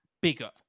bigger